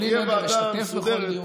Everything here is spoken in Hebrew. ובלי נדר אשתתף בכל דיון.